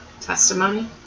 testimony